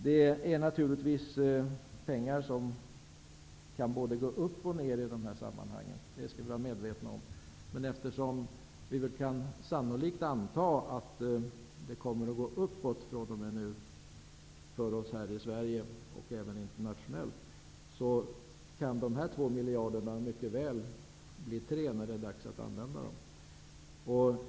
Det är naturligtvis ett belopp som kan bli större eller mindre, men eftersom vi kan anta att det fr.o.m. nu kommer att gå uppåt för oss här i Sverige och även internationellt, kan de 2 miljarderna mycket väl bli 3 när det blir dags att använda dem.